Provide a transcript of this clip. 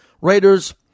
Raiders